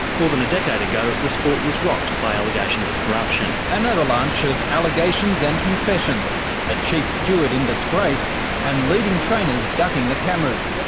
more than a decade ago, the sport was rocked by allegations of corruption. an avalanche of allegations and confessions a chief steward in disgrace and leading trainers ducking the cameras.